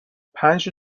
پنج